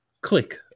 click